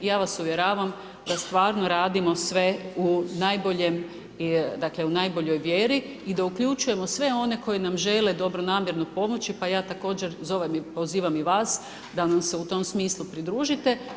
I ja vas uvjeravam da stvarno radimo sve u najboljem, dakle u najboljoj vjeri i da uključujemo sve one koji nam žele dobronamjerno pomoći pa ja također zove i pozivam i vas da nam se u tom smislu pridružite.